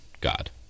God